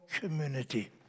community